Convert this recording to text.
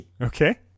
Okay